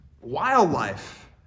wildlife